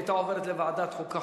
היא היתה עוברת לוועדת חוקה,